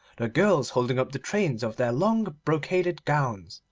the girls holding up the trains of their long brocaded gowns,